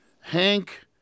Hank